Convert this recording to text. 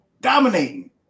dominating